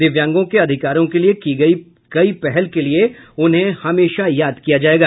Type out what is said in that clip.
दिव्यांगों के अधिकारों के लिए की गयी कई पहल के लिए उन्हें हमेशा याद किया जायेगा